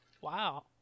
Wow